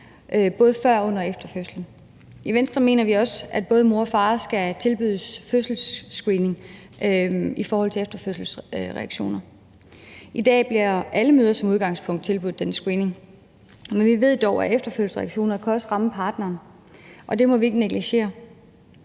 under og efter fødslen. Vi mener også, at både mor og far skal tilbydes fødselsscreening i forhold til efterfødselsreaktioner. I dag bliver alle mødre som udgangspunkt tilbudt den screening, men vi ved dog, at efterfødselsreaktioner også kan ramme partneren, og det må vi ikke negligere.